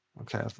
okay